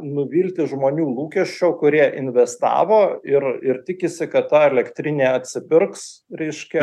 nuvilti žmonių lūkesčio kurie investavo ir ir tikisi kad ta elektrinė atsipirks reiškia